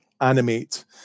animate